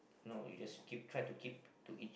no you just keep try to keep to